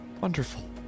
Wonderful